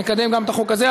נקדם גם את החוק הזה.